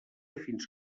fins